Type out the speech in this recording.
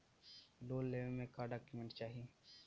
Loan लेवे मे का डॉक्यूमेंट चाही?